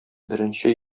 беренче